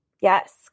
Yes